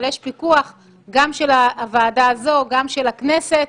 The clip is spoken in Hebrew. יש פיקוח של הוועדה הזאת ושל הכנסת.